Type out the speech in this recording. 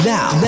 Now